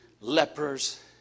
lepers